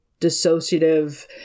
dissociative